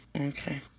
Okay